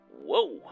Whoa